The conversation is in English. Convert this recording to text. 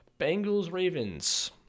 Bengals-Ravens